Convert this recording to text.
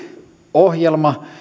ohjelma